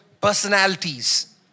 personalities